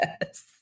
yes